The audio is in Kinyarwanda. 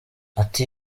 ati